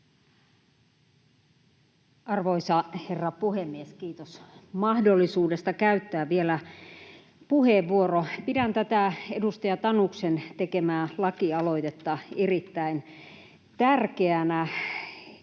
Arvoisa herra puhemies! Kiitos mahdollisuudesta käyttää vielä puheenvuoro. Pidän tätä edustaja Tanuksen tekemää lakialoitetta erittäin tärkeänä.